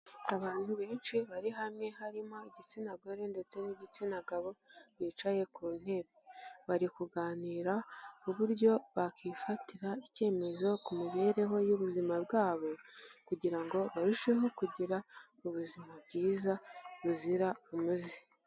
Abantu benshi bari hamwe harimo igitsina gore ndetse n'igitsina gabo bicaye ku ntebe. Bari kuganira ku buryo bakifatira icyemezo ku mibereho y'ubuzima bwabo kugira ngo barusheho kugira ubuzima bwiza buzira umuze.